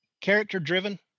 character-driven